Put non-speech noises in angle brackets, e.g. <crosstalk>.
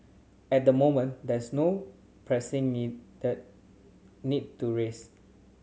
at the moment there's no pressing <unintelligible> need to raise